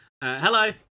Hello